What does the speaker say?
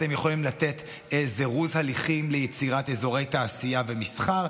אתם יכולים לתת זירוז הליכים ליצירת אזורי תעשייה ומסחר.